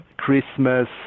Christmas